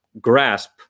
grasp